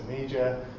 media